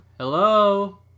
Hello